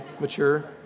mature